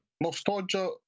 Nostalgia